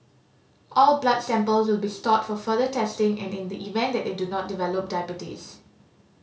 all blood samples will be stored for further testing and in the event that they do not develop diabetes